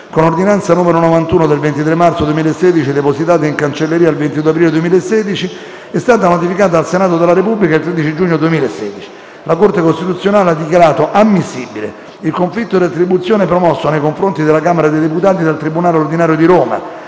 Con ordinanza n. 91 del 23 marzo 2016, depositata in cancelleria il 22 aprile 2016 e notificata al Senato della Repubblica il 13 giugno 2016, la Corte costituzionale ha dichiarato ammissibile il conflitto di attribuzione promosso nei confronti della Camera dei deputati dal tribunale ordinario di Roma,